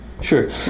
Sure